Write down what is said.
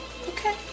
Okay